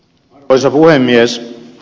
arvoisa puhemies